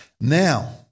Now